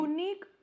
Unique